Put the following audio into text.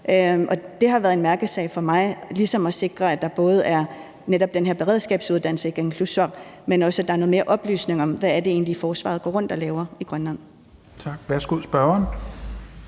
det har været en mærkesag for mig ligesom at sikre, at der både er netop den her beredskabsuddannelse i Kangerlussuaq, men også, at der er noget mere oplysning om, hvad det egentlig er, forsvaret går rundt og laver i Grønland. Kl. 19:49 Fjerde